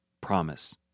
promise